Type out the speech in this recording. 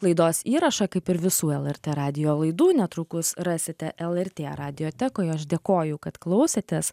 laidos įrašą kaip ir visų lrt radijo laidų netrukus rasite lrt radiotekoj o aš dėkoju kad klausėtės